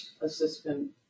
assistant